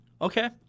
Okay